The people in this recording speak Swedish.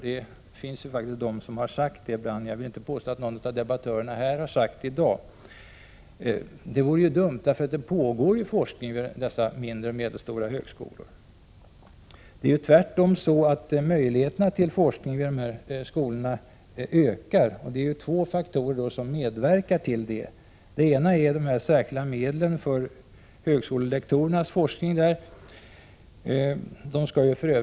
Det finns faktiskt de som har sagt det ibland, men jag vill inte påstå att någon av debattörerna här har sagt det i dag. Det vore dumt med ett sådant förbud, för det pågår ju forskning vid mindre och medelstora högskolor. Tvärtom ökar möjligheterna till forskning vid dessa högskolor, och det är två faktorer som medverkar till detta. Den ena är de särskilda medlen för högskolelektorernas forskning.